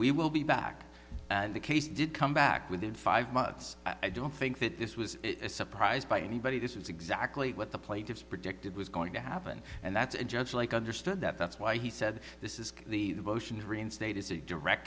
we will be back and the case did come back within five months i don't think that this was a surprise by anybody this is exactly what the plaintiffs predicted was going to happen and that's just like understood that that's why he said this is the motion to reinstate is a direct